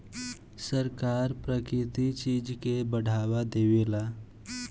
सरकार प्राकृतिक चीज के बढ़ावा देवेला